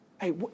Hey